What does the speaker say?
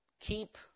keep